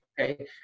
Okay